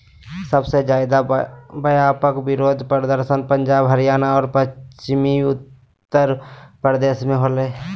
सबसे ज्यादे व्यापक विरोध प्रदर्शन पंजाब, हरियाणा और पश्चिमी उत्तर प्रदेश में होलय